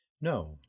No